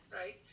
Right